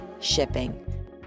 shipping